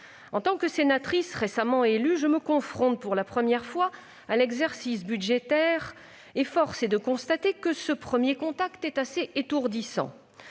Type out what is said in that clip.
En tant que sénatrice récemment élue, je me confronte pour la première fois à l'exercice budgétaire. Force est de constater que ce premier contact est étourdissant